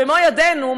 במו ידינו,